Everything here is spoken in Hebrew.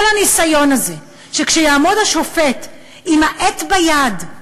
כל הניסיון הזה, שכשיעמוד השופט עם העט ביד,